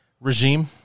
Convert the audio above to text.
regime